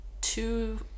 two